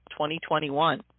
2021